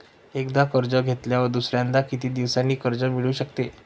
एकदा कर्ज घेतल्यावर दुसऱ्यांदा किती दिवसांनी कर्ज मिळू शकते?